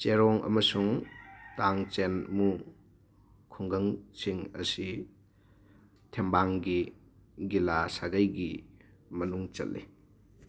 ꯆꯦꯔꯣꯡ ꯑꯃꯁꯨꯡ ꯇꯥꯡꯆꯦꯟꯃꯨ ꯈꯨꯟꯒꯪ ꯁꯤꯡ ꯑꯁꯤ ꯊꯦꯝꯕꯥꯡꯒꯤ ꯒꯤꯂꯥ ꯁꯥꯒꯩ ꯒꯤ ꯃꯅꯨꯡ ꯆꯜꯂꯤ